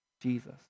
Jesus